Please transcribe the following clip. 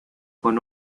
con